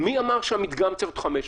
מי אמר שהמדגם צריך להיות 500?